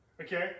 Okay